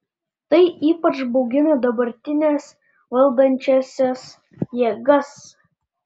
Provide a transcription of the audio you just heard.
tai ypač baugina dabartines valdančiąsias jėgas